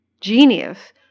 genius